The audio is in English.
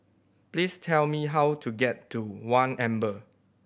please tell me how to get to One Amber